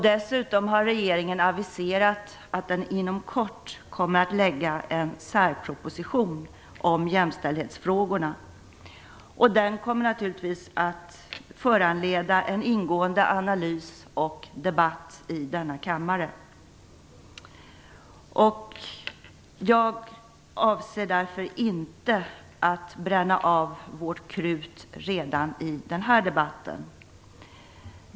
Dessutom har regeringen aviserat att den inom kort kommer att lägga fram en särproposition om jämställdhetsfrågorna. Den kommer naturligtvis att föranleda en ingående analys och debatt i denna kammare. Jag avser därför inte att bränna av vårt krut redan i den här debatten.